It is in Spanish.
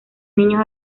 niños